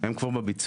הם כבר בביצוע,